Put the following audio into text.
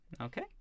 Okay